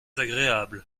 agréable